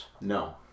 no